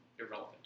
irrelevant